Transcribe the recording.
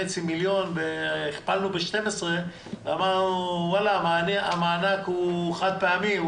מיליון והכפלנו ב-12 ואמרנו שהמענק הוא חד פעמי,